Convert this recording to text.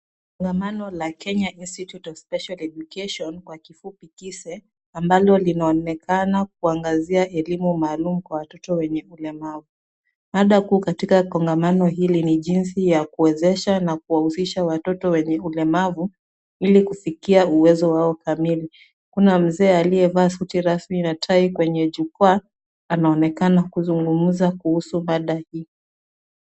Kongamano la Kenya Institute of Education, kwa kifupi KISE, ambalo limeonekana kuangazia elimu maalum kwa watoto wenye ulemavu. Maada kuu katika kongomano hili ni jinsi ya kuwezesha na kuwahusisha watoto wenye ulemavu ili kufikia uwezo wao kamili. Kuna mzee aliyevaa suti rasmi na tai kwenye jukwaa, anaonekana kuzungumza kuhusu mada hii.